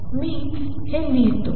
तर मी फक्त हे लिहितो